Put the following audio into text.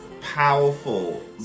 powerful